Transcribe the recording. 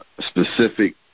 specific